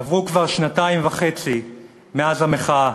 עברו כבר שנתיים וחצי מאז המחאה.